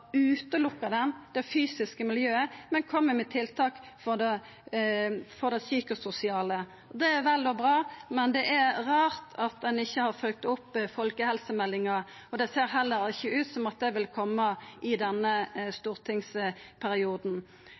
utelukkar ein det fysiske miljøet, men kjem med tiltak for det psykososiale. Det er vel og bra, men det er rart at ein ikkje har følgt opp folkehelsemeldinga, og det ser heller ikkje ut som at det vil koma i denne stortingsperioden.